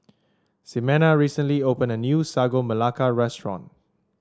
Ximena recently opened a new Sagu Melaka restaurant